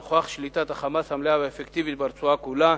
ולנוכח שליטת ה"חמאס" המלאה והאפקטיבית ברצועה כולה.